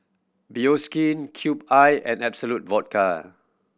Bioskin Cube I and Absolut Vodka